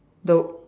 though